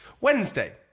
Wednesday